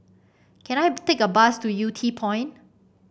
can I take a bus to Yew Tee Point